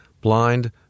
blind